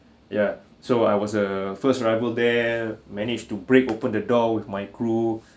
ya so I was a first rival they're managed to break open the door with my crew